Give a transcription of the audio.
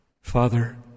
Father